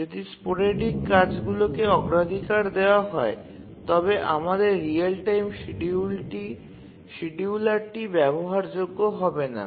যদি স্পোরেডিক কাজগুলিকে অগ্রাধিকার দেওয়া হয় তবে আমাদের রিয়েল টাইম শিডিয়ুলারটি ব্যবহারযোগ্য হবে না